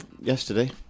yesterday